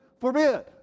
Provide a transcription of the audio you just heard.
forbid